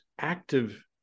active